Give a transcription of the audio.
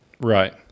Right